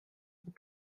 vous